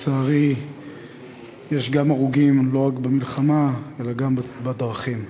לצערי יש הרוגים לא רק במלחמה אלא גם בדרכים.